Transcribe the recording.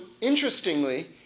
interestingly